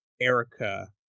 Erica